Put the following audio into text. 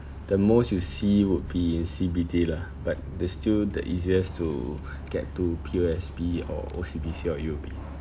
the most you see would be in C_B_D lah but they still the easiest to get to P_O_S_B or O_C_B_C or U_O_B